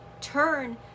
turn